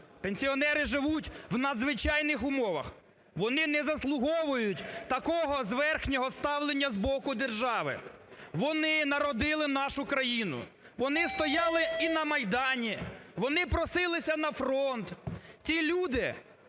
Пенсіонери живуть в надзвичайних у мовах, вони не заслуговують такого зверхнього ставлення з боку держави. Вони народили нашу країну, вони стояли і на Майдані, вони просилися на фронт.